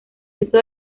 uso